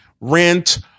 Rent